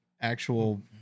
actual